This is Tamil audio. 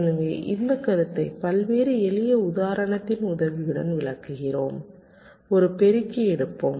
எனவே இந்த கருத்தை பல்வேறு எளிய உதாரணத்தின் உதவியுடன் விளக்குகிறோம் ஒரு பெருக்கி எடுப்போம்